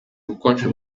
ubukonje